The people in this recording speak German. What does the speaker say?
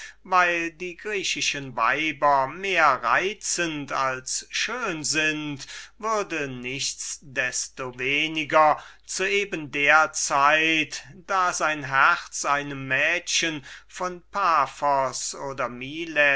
weil die griechischen weiber mehr reizend als schön sind würde nichts desto weniger zu eben der zeit da sein herz einem mädchen von paphos oder milet